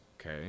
okay